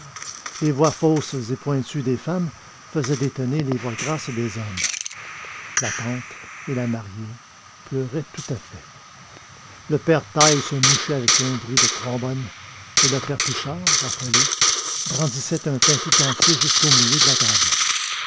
les voix fausses et pointues des femmes faisaient détonner les voix grasses des hommes la tante et la mariée pleuraient tout à fait le père taille se mouchait avec un bruit de trombone et le père touchard affolé brandissait un pain tout entier jusqu'au milieu de la table